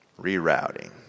rerouting